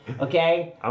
Okay